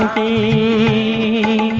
e